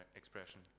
expression